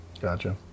Gotcha